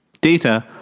Data